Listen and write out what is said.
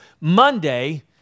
Monday